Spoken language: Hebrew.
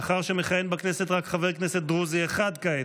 מאחר שמכהן בכנסת רק חבר כנסת דרוזי אחד כעת,